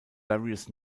various